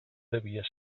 devia